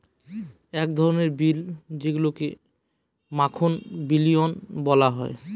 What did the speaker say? এক ধরনের বিন যেইগুলাকে মাখন বিনও বলা হয়